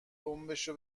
دمبشو